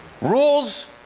Rules